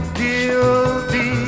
guilty